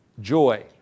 Joy